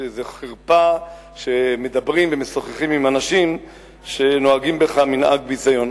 זאת חרפה שמדברים ומשוחחים עם אנשים שנוהגים בך מנהג ביזיון.